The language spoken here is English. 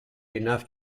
enough